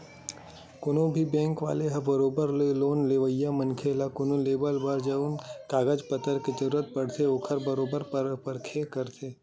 कोनो भी बेंक वाले ह बरोबर ओ लोन लेवइया मनखे ल लोन लेवब बर जउन कागज पतर के जरुरत पड़थे ओखर बरोबर परख करथे